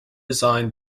design